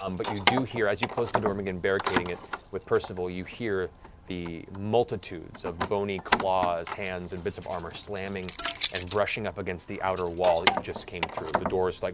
um but you do hear, as you close the door and begin barricading it with percival, you hear the multitudes of bony claws, hands, and bits of armor slamming and brushing up against the outer wall that you just came through. the doors like